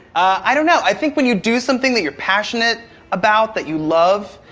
i don't know. i think when you do something that you're passionate about, that you love,